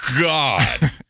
God